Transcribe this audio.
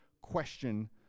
question